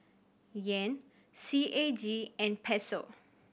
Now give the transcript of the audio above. Yen C A G and Peso